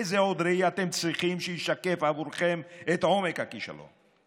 איזה עוד ראי אתם צריכים שישקף עבורכם את עומק הכישלון?